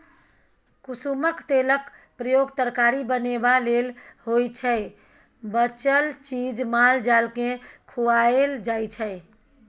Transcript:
कुसुमक तेलक प्रयोग तरकारी बनेबा लेल होइ छै बचल चीज माल जालकेँ खुआएल जाइ छै